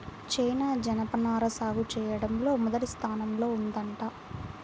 China జనపనార సాగు చెయ్యడంలో మొదటి స్థానంలో ఉందంట